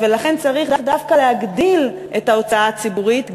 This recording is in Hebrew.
ולכן צריכים דווקא להגדיל את ההוצאה הציבורית,